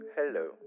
hello